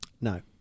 No